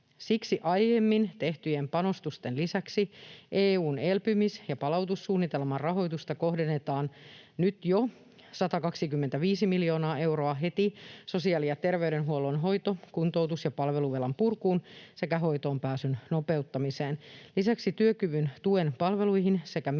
Siksi aiemmin tehtyjen panostusten lisäksi EU:n elpymis- ja palautumissuunnitelman rahoitusta kohdennetaan jo nyt heti 125 miljoonaa euroa sosiaali- ja terveydenhuollon hoito-, kuntoutus- ja palveluvelan purkuun sekä hoitoonpääsyn nopeuttamiseen. Lisäksi työkyvyn tuen palveluihin sekä mielenterveyttä